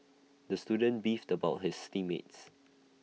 the student beefed about his team mates